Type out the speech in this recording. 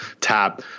tap